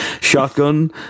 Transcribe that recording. Shotgun